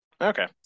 Okay